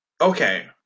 Okay